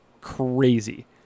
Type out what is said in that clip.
crazy